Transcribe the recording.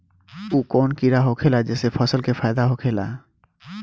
उ कौन कीड़ा होखेला जेसे फसल के फ़ायदा होखे ला?